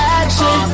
action